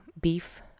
beef